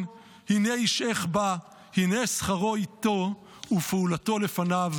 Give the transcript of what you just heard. הנה ישעך בא הנה שכרו אתו ופעֻלתו לפניו.